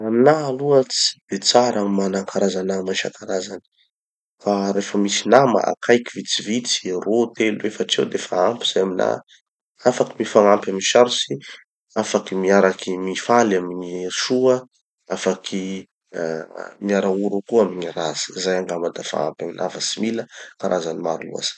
Aminaha aloha tsy de tsara gny mana karaza nama isankarazany. Fa refa misy nama akaiky vitsivitsy, ro telo efatry eo defa ampy zay aminaha, afaky mifanampy amy gny sarotsy afaky miaraky mifaly amy gny soa afaky miara ory koa amy gny ratsy. Zay angamba dafa ampy aminaha fa tsy mila karazany maro loatsy.